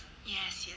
yes yes